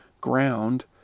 ground